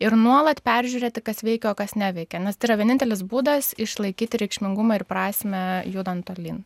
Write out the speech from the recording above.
ir nuolat peržiūrėti kas veikia o kas neveikia nes tai yra vienintelis būdas išlaikyti reikšmingumą ir prasmę judant tolyn